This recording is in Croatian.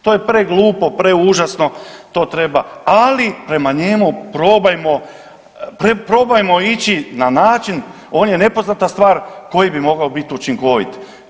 To je preglupo, preužasno, to treba, ali prema njemu probajmo, probajmo ići na način, on je nepoznata stvar, koji bi mogao bit učinkovit.